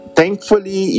Thankfully